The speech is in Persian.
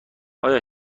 آیا